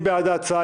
מי בעד ההצעה?